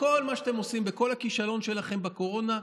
בכל מה שאתם עושים, בכל הכישלון שלכם בקורונה,